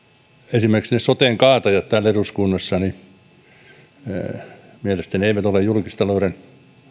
esimerkiksi soten kaatajat täällä eduskunnassa eivät mielestäni ole julkistalouden